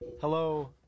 Hello